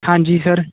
ਹਾਂਜੀ ਸਰ